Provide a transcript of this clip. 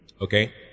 okay